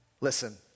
Listen